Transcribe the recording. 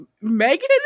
Megan